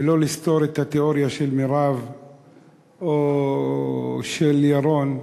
ולא לסתור את התיאוריה של מרב או של מגל,